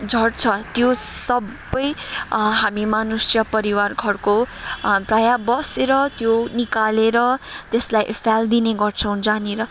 झर्छ त्यो सबै हामी मानुष्य परिवार घरको प्राय बसेर त्यो निकालेर त्यसलाई फ्याल्दिने गर्छौँ जहाँनिर